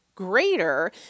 greater